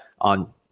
on